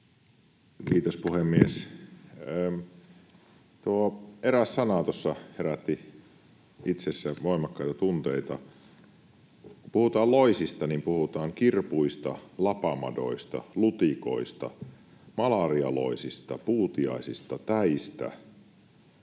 Kiitos, puhemies! Eräs sana tuossa herätti itse asiassa voimakkaita tunteita. Kun puhutaan loisista, niin puhutaan kirpuista, lapamadoista, lutikoista, malarialoisista, puutiaisista, täistä.